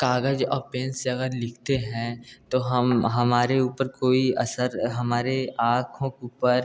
कागज और पेन से अगर लिखते हैं तो हम हमारे ऊपर कोई असर हमारे आँखों के ऊपर